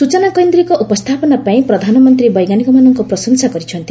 ସୂଚନାକୈନ୍ଦ୍ରିକ ଉପସ୍ଥାପନାପାଇଁ ପ୍ରଧାନମନ୍ତ୍ରୀ ବୈଜ୍ଞାନମାନଙ୍କ ପ୍ରଶଂସା କରିଛନ୍ତି